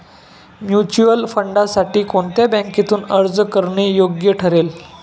Mutual फंडांसाठी कोणत्या बँकेतून अर्ज करणे योग्य ठरेल?